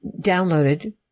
downloaded